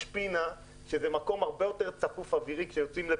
פינה שזה מקום הרבה יותר צפוף אווירי כשיוצאים.